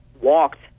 walked